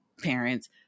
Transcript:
parents